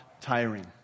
tiring